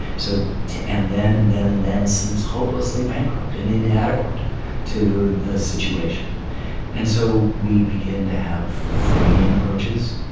so to end then and then and then seems hopelessly bankrupt and inadequate to the situation and so we begin to have freudian approaches.